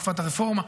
תקופת הרפורמה.